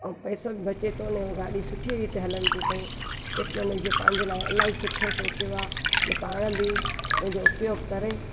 ऐं पेट्रोल बचे थो न अने गाॾी सुठी रीति हलनि थियूं पयूं टेक्नोलोजीअ पंहिंजे लाइ अलाई सुठो सोचियो आहे अने पाण बि उन जो उपयोग करे